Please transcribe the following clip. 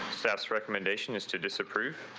steps recommendation is to disapprove.